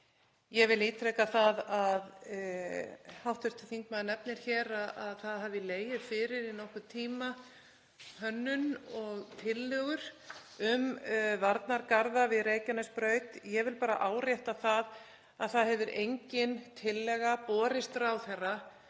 beint var til mín. Hv. þingmaður nefnir hér að það hafi legið fyrir í nokkurn tíma hönnun og tillögur um varnargarða við Reykjanesbraut. Ég vil bara árétta að það hefur engin tillaga borist ráðherra